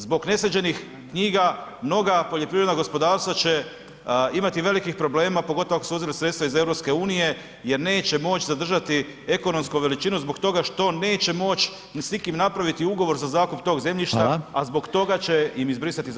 Zbog nesređenih knjiga mnoga poljoprivredna gospodarstva će imati velikih problema pogotovo ako su uzeli sredstva iz EU jer neće moći zadržati ekonomsku veličinu zbog toga što neće moć s nikim napraviti ugovor za zakup tog zemljišta [[Upadica: Hvala.]] a zbog toga će im izbrisati iz ARKOD-a zemljišta.